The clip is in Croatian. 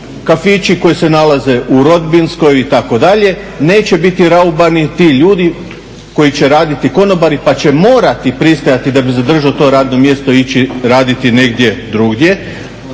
kafići koji se nalaze u rodbinskoj itd. neće biti raubani ti ljudi koji će raditi konobari pa će morati pristajati da bi zadržao to radno mjesto i ići raditi negdje drugdje?